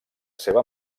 seva